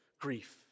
grief